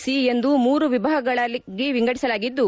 C ಎಂದು ಮೂರು ವಿಭಾಗಗಳಾಗಿ ವಿಂಗಡಿಸಲಾಗಿದ್ದು